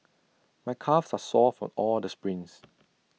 my calves are sore for all the sprints